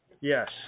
yes